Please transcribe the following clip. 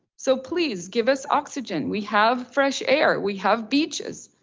so please give us oxygen, we have fresh air, we have beaches.